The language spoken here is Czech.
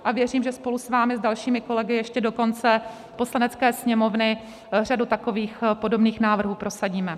A věřím, že spolu s vámi, s dalšími kolegy, ještě do konce Poslanecké sněmovny řadu takových podobných návrhů, prosadíme.